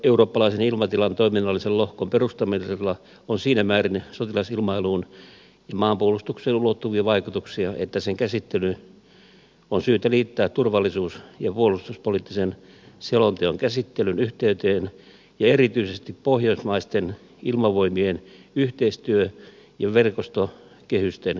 pohjoiseurooppalaisen ilmatilan toiminnallisen lohkon perustamisella on siinä määrin sotilasilmailuun ja maanpuolustukseen ulottuvia vaikutuksia että sen käsittely on syytä liittää turvallisuus ja puolustuspoliittisen selonteon käsittelyn yhteyteen ja erityisesti pohjoismaisten ilmavoimien yhteistyö ja verkostokehysten kokonaistarkasteluun